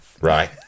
Right